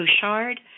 Bouchard